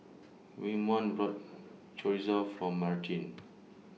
Waymon bought Chorizo For Martine